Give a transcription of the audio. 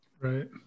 Right